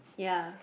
ya